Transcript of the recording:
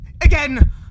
again